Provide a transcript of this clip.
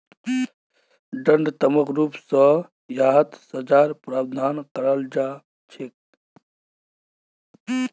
दण्डात्मक रूप स यहात सज़ार प्रावधान कराल जा छेक